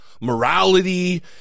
morality